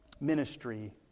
ministry